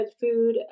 Food